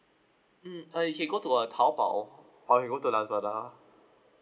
mm uh you go to a taobao or you can go to lazada